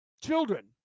Children